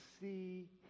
see